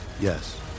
Yes